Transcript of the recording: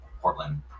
Portland